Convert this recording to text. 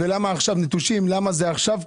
למה הם נטושים עכשיו,